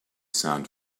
sound